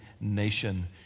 nation